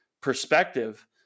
perspective